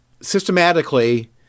systematically